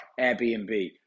Airbnb